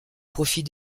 profit